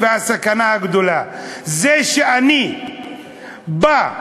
והסכנה הגדולה זה שאני בא,